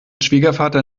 schwiegervater